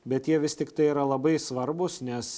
bet jie vis tiktai yra labai svarbūs nes